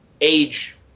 age